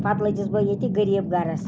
پتہٕ لجٕس بہٕ ییٚتہِ غریٖب گَرس